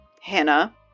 hannah